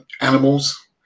animals